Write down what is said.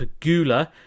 Pagula